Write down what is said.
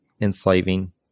enslaving